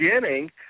beginning